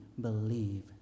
believe